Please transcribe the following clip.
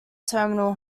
terminal